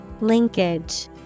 Linkage